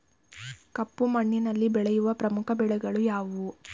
ಕಪ್ಪು ಮಣ್ಣಿನಲ್ಲಿ ಬೆಳೆಯುವ ಪ್ರಮುಖ ಬೆಳೆಗಳು ಯಾವುವು?